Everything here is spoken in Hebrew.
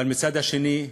אבל מצד שני,